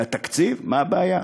והתקציב, מה הבעיה?